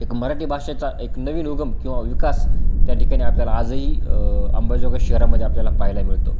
एक मराठी भाषेचा एक नवीन उगम किंवा विकास त्या ठिकाणी आपल्याला आजही अंबाजोगाई शहरामध्ये आपल्याला पाहायला मिळतो